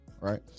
Right